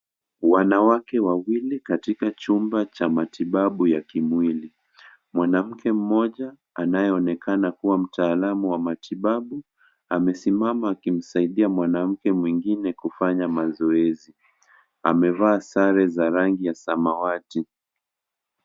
Wanawake wawili katika chumba cha matibabu ya kimwili. Mwanamke mmoja, anayeonekana kuwa mtaalamu wa matibabu, amesimama akimsaidia mwanamke mwingine kufanya mazoezi. Amevaa sare za rangi ya samawati.